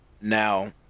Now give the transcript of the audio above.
Now